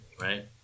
right